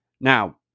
Now